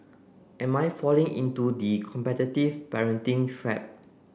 am I falling into the competitive parenting trap